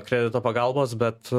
kredito pagalbos bet